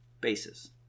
basis